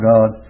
God